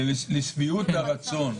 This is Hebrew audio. לשביעות הרצון.